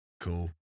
cool